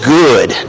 good